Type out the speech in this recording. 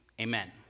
Amen